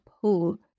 pull